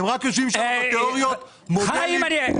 אתם רק יושבים שם בתיאוריות, עושים מודלים.